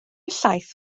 llaeth